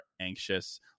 anxious